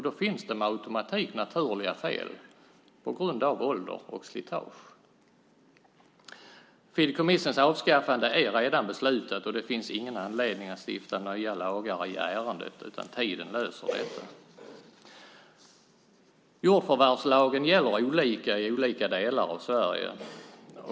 Då finns det per automatik naturliga fel på grund av ålder och slitage. Fideikommissens avskaffande är redan beslutat, och det finns ingen anledning att stifta nya lagar i ärendet, utan tiden löser detta. Jordförvärvslagen gäller olika i olika delar av Sverige.